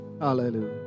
Hallelujah